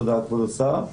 תודה, כבוד השר.